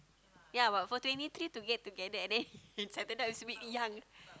ya but for twenty three to get together and then he settle down it's a bit young